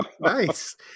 nice